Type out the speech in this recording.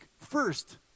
first